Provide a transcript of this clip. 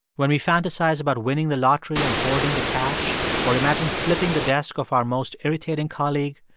when we fantasize about winning the lottery and hoarding the cash or imagine flipping the desk of our most irritating colleague,